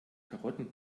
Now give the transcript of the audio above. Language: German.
karotten